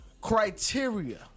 Criteria